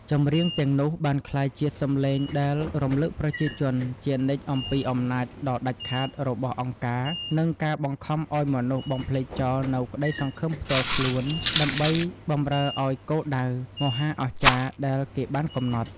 ចម្រៀងទាំងនោះបានក្លាយជាសម្លេងដែលរំលឹកប្រជាជនជានិច្ចអំពីអំណាចដ៏ដាច់ខាតរបស់ អង្គការ និងការបង្ខំឱ្យមនុស្សបំភ្លេចចោលនូវក្តីសង្ឃឹមផ្ទាល់ខ្លួន ដើម្បីបម្រើឱ្យគោលដៅមហាអស្ចារ្យដែលគេបានកំណត់។។